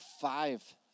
five